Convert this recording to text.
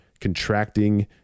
contracting